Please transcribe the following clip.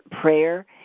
prayer